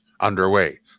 underway